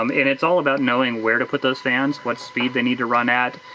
um and it's all about knowing where to put those fans, what speed they need to run at,